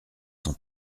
son